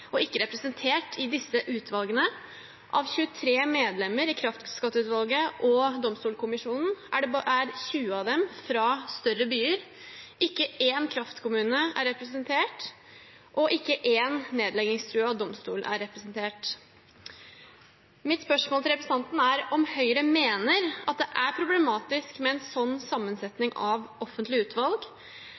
har ikke vært representert i disse utvalgene. Av 23 medlemmer i kraftskatteutvalget og Domstolkommisjonen er 20 fra større byer – ikke én kraftkommune er representert, og ikke én nedleggingstruet domstol er representert. Mitt spørsmål til representanten er om Høyre mener at det er problematisk med en sånn sammensetning av offentlige utvalg,